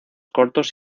cortos